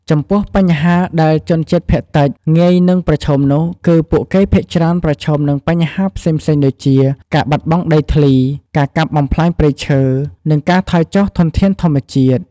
ចំពោះបញ្ហាដែលជនជាតិភាគតិចងាយនឹងប្រឈមនោះ គឺពួកគេភាគច្រើនប្រឈមនឹងបញ្ហាផ្សេងៗដូចជា ការបាត់បង់ដីធ្លី ការកាប់បំផ្លាញព្រៃឈើ និងការថយចុះធនធានធម្មជាតិ។